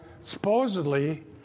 supposedly